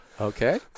Okay